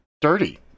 dirty